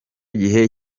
gihe